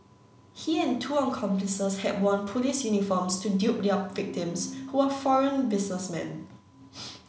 he and two accomplices had worn police uniforms to dupe their victims who were foreign businessmen